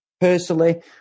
personally